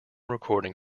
recording